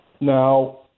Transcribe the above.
Now